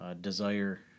desire